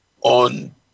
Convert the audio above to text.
on